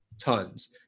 Tons